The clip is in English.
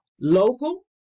Local